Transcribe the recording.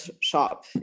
shop